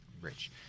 Rich